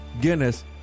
Guinness